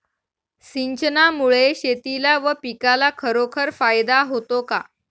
सिंचनामुळे शेतीला व पिकाला खरोखर फायदा होतो का?